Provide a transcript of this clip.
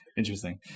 interesting